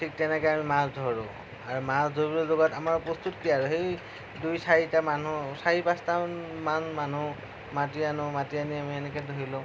ঠিক তেনেকে আমি মাছ ধৰোঁ আৰু মাছ ধৰিবলৈ ক'ৰবাত আমাৰ প্ৰস্তুতি আৰু সেই দুই চাৰিটা মানুহ চাৰি পাঁচটামান মানুহ মাতি আনোঁ মাতি আনি আমি এনেকৈ ধৰি লওঁ